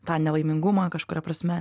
tą nelaimingumą kažkuria prasme